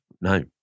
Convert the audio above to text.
No